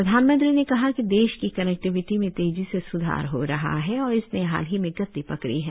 प्रधानमंत्री ने कहा कि देश की कनेक्टिविटी में तेजी से सुधार हो रहा है और इसने हाल ही में गति पकड़ी है